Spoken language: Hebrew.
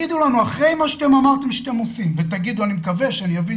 אחרי מה שאמרתם שאתם עושים אני מקווה שאני אבין